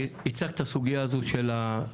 הצגת את הסוגייה הזאת של הדיור